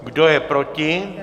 Kdo je proti?